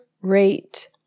rate